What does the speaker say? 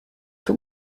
too